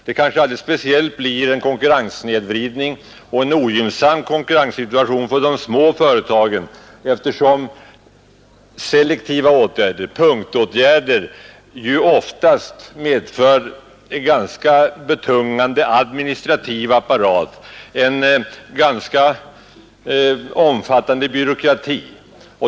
Det kanske speciellt drabbar de små företagen och ger dem en ogynnsam konkurrenssituation, eftersom selektiva åtgärder, punktåtgärder, oftast medför en ganska betungande administrativ apparat, en omfattande byråkrati.